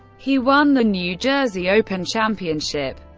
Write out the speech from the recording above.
he won the new jersey open championship,